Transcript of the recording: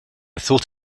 thought